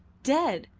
dead!